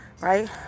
Right